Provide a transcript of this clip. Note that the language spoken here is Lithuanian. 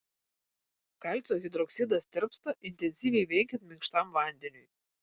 kalcio hidroksidas tirpsta intensyviai veikiant minkštam vandeniui